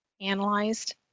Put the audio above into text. analyzed